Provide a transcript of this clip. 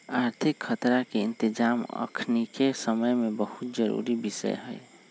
आर्थिक खतरा के इतजाम अखनीके समय में बहुते जरूरी विषय हइ